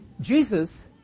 Jesus